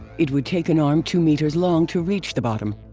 it would take an arm two meters long to reach the bottom.